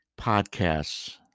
podcasts